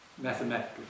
mathematically